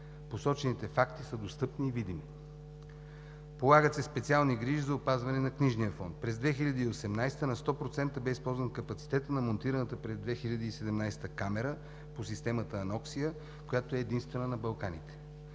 Посочените факти са достъпни и видими. Полагат се специални грижи за опазване на книжния фонд. През 2018 г. на 100% бе използван капацитетът на монтираната през 2017 г. камера по системата „Аноксия“, която е единствена на Балканите.